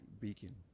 beacon